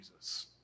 Jesus